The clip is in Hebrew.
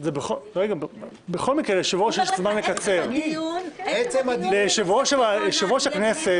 הוא אומר לך עצם הדיון --- ליושב-ראש הכנסת